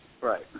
Right